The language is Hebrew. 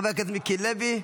חבר הכנסת מיקי לוי,